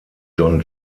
john